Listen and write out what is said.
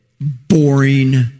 boring